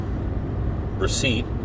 receipt